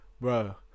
bro